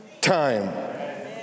time